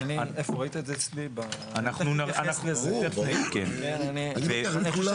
נגיד בנק ישראל פרופ' אמיר